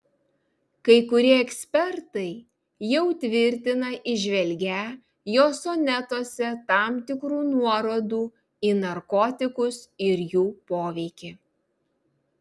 kai kurie ekspertai jau tvirtina įžvelgią jo sonetuose tam tikrų nuorodų į narkotikus ir jų poveikį